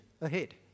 ahead